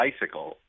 bicycle